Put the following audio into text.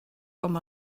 com